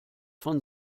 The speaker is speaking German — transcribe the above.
von